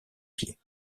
pieds